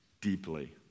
deeply